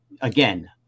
again